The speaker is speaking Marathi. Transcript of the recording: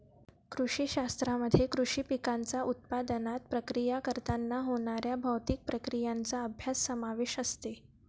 कृषी शास्त्रामध्ये कृषी पिकांच्या उत्पादनात, प्रक्रिया करताना होणाऱ्या भौतिक प्रक्रियांचा अभ्यास समावेश असते